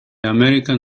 american